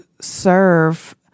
serve